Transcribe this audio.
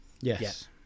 Yes